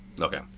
Okay